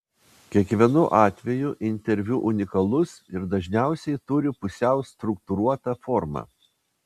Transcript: kiekvienu atveju interviu unikalus ir dažniausiai turi pusiau struktūruotą formą